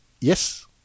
Yes